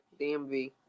DMV